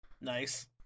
nice